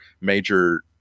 major